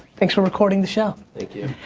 thanks for recording the show. thank you.